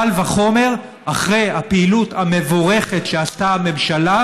קל וחומר אחרי הפעילות המבורכת שעשתה הממשלה